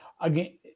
again